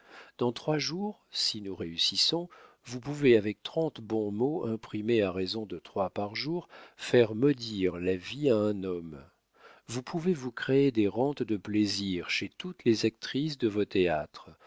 dans trois jours si nous réussissons vous pouvez avec trente bons mots imprimés à raison de trois par jour faire maudire la vie à un homme vous pouvez vous créer des rentes de plaisir chez toutes les actrices de vos théâtres